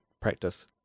practice